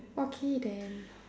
okay then